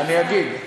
אני אגיד.